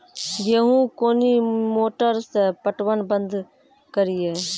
गेहूँ कोनी मोटर से पटवन बंद करिए?